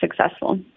successful